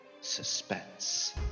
Suspense